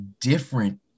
different